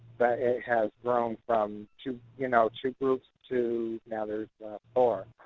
it has grown from two you know two groups to now there's four.